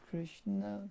Krishna